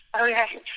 Okay